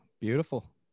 beautiful